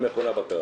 מכון בקרה".